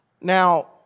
now